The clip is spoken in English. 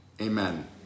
Amen